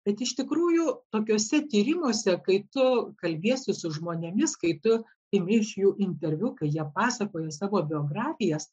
bet iš tikrųjų tokiuose tyrimuose kai tu kalbiesi su žmonėmis kai tu imi iš jų interviu kai jie pasakoja savo biografijas